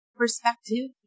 perspective